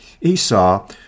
Esau